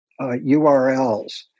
URLs